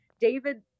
David